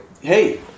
Hey